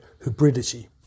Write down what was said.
hybridity